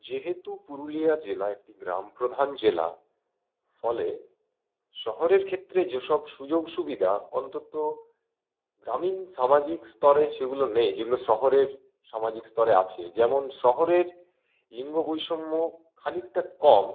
যেহেতু পুরুলিয়া জেলা একটি গ্রাম প্রধান জেলা ফলে শহরের ক্ষেত্রে যেসব সুযোগ সুবিধা অন্তত গ্রামীণ সামাজিক স্তরে সেগুলি নেই যেগুলো শহরের সামাজিক স্তরে আছে যেমন শহরের লিঙ্গ বৈষম্য খানিকটা কম